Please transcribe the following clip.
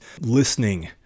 listening